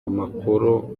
makuru